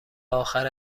آخر